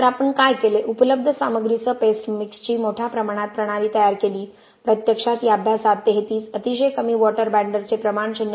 तर आपण काय केले उपलब्ध सामग्रीसह पेस्ट मिक्सची मोठ्या प्रमाणात प्रणाली तयार केली प्रत्यक्षात या अभ्यासात 33 अतिशय कमी वॉटर बाईंडरचे प्रमाण 0